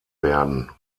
werden